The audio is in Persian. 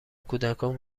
کودکان